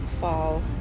fall